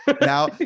now